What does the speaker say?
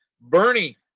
Bernie